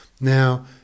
Now